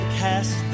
cast